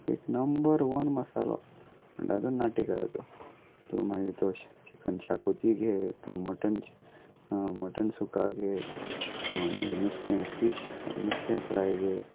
एक number one मसालो म्हणटा तो नाटेकाराचो तूं मागीर तो चिकन शाकोती घे तूं मटन मटन सुका घे किंवा मागीर नुस्तें फीश नुस्तें फ्राय घे